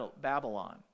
Babylon